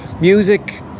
music